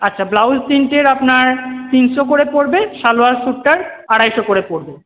আচ্ছা ব্লাউজ তিনটের আপনার তিনশো করে পড়বে সালোয়ার স্যুটটার আড়াইশো করে পড়বে